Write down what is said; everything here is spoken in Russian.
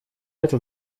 это